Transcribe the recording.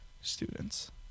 students